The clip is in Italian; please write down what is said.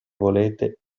volete